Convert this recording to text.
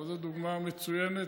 אבל זו דוגמה מצוינת,